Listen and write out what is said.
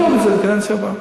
זה לקדנציה הבאה.